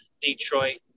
Detroit